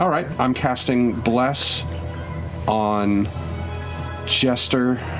all right. i'm casting bless on jester.